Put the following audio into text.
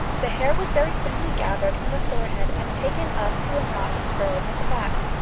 the hair was very simply gathered from the forehead and taken up to a knot of curls at the back.